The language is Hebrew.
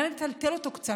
אולי נטלטל אותו קצת.